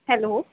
hello